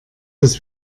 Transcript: dass